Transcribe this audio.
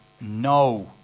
no